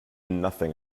nothing